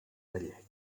gallec